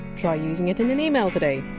try using it in an email today